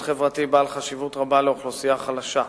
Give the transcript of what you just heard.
חברתי בעל חשיבות רבה לאוכלוסייה חלשה,